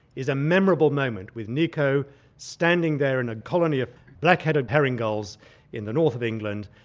is a memorable moment, with niko standing there in a colony of black-headed herring gulls in the north of england,